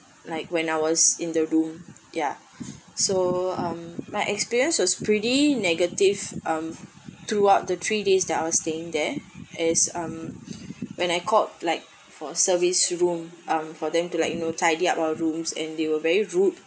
like when I was in the room ya so um my experience was pretty negative mm throughout the three days that I was staying there as mm when I called like for service room um for them to like you know tidy up our rooms and they were very rude